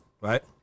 right